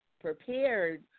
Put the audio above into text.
prepared